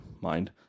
mind